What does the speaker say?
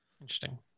Interesting